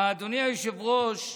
אדוני היושב-ראש,